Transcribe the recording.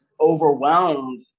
overwhelmed